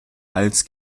als